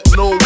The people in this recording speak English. no